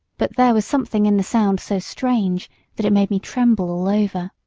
but there was something in the sound so strange that it made me tremble all over.